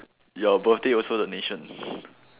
your birthday also the nation